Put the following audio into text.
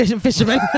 fisherman